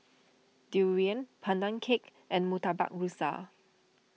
Durian Pandan Cake and Murtabak Rusa